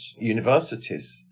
universities